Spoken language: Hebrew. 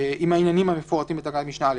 העניינים המפורטים בתקנת משנה (א)